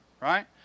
right